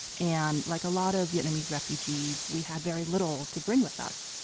and like a lot of vietnamese refugees, we had very little to bring with us.